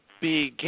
begin